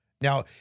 Now